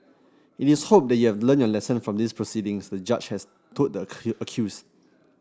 it is hoped that you have learnt your lesson from these proceedings the Judge has told the accused